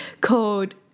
called